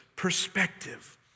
perspective